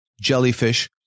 Jellyfish